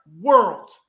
world